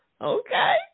Okay